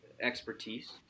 expertise